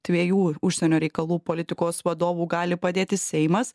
dviejų užsienio reikalų politikos vadovų gali padėti seimas